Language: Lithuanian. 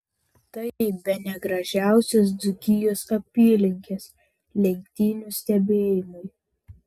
tai bene gražiausios dzūkijos apylinkės lenktynių stebėjimui